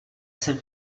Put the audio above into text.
jsem